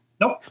nope